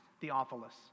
Theophilus